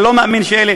אני לא מאמין שאלה